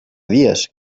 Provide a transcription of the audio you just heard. dies